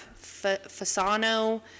Fasano